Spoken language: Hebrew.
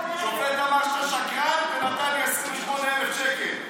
השופט אמר שאתה שקרן ונתן לי 28,000 שקל.